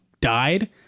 died